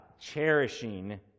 cherishing